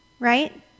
Right